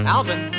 Alvin